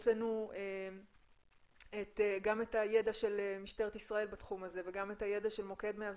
יש לנו גם את הידע של משטרת ישראל בתחום הזה וגם את הידע של מוקד 105,